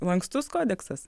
lankstus kodeksas